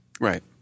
Right